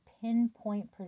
pinpoint